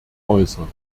äußern